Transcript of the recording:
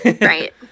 Right